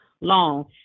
long